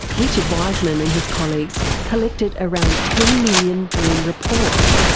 richard wiseman and his colleagues collected around ten million dream reports,